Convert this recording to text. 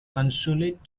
consulate